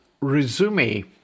Resume